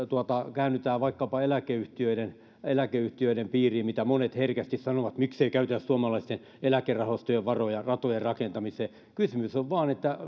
käännytään vaikkapa eläkeyhtiöiden eläkeyhtiöiden piiriin kun monet herkästi sanovat että miksei käytetä suomalaisten eläkerahastojen varoja ratojen rakentamiseen kysymys on vain että